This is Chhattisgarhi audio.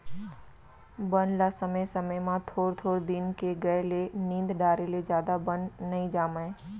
बन ल समे समे म थोर थोर दिन के गए ले निंद डारे ले जादा बन नइ जामय